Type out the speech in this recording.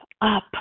up